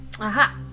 Aha